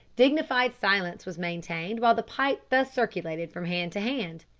dignified silence was maintained while the pipe thus circulated from hand to hand.